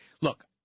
Look